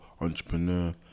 entrepreneur